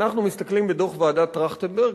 אנחנו מסתכלים בדוח ועדת-טרכטנברג,